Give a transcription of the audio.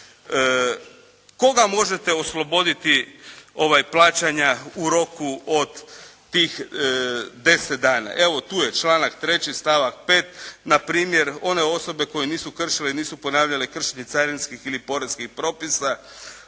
Koga možete osloboditi plaćanja u roku od tih 10 dana? Evo tu je članak 3. stavak 5., npr. one osobe koje nisu kršile i nisu ponavljali kršenje carinskih ili poreznih propisa,